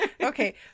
Okay